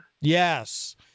Yes